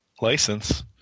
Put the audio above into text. License